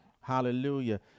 Hallelujah